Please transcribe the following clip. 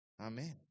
Amen